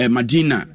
Madina